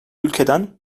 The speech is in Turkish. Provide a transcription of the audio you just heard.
ülkeden